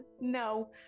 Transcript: no